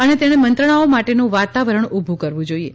અને તેણે મંત્રણાઓ માટેનું વાતવરણ ઉભું કરવું જોઈએ